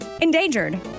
Endangered